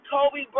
Kobe